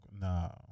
no